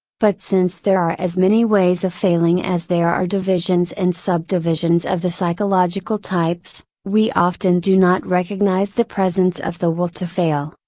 but since there are as many ways of failing as there are divisions and subdivisions of the psychological types, we often do not recognize the presence of the will to fail,